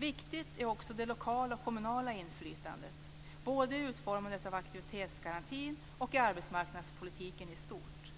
Viktigt är också det lokala och det kommunala inflytandet både vid utformandet av aktivitetsgarantin och i arbetsmarknadspolitiken i stort.